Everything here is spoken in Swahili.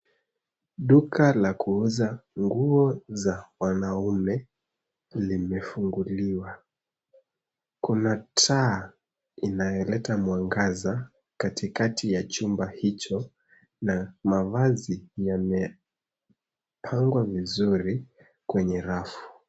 Duka la kuuza nguo za wanaume limefunguliwa. Kuna taa inayoleta mwangaza katikati ya chumba hicho na mavazi yamepangwa vizuri kwenye rafu.